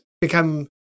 become